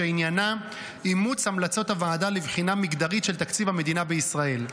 שעניינה: אימוץ המלצות הוועדה לבחינה מגדרית של תקציב המדינה בישראל.